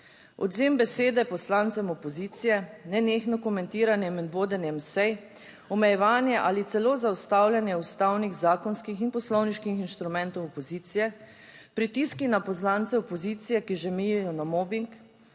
Odvzem besede poslancem opozicije, nenehno komentiranje med vodenjem sej, omejevanje ali celo zaustavljanje ustavnih, zakonskih in poslovniških inštrumentov opozicije, pritiski na poslance opozicije, ki že mejijo na mobing,